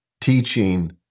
teaching